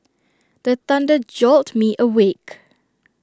the thunder jolt me awake